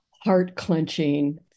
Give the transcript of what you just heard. heart-clenching